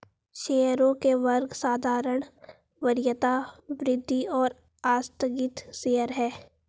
शेयरों के वर्ग साधारण, वरीयता, वृद्धि और आस्थगित शेयर हैं